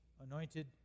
anointed